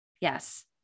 Yes